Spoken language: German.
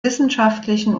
wissenschaftlichen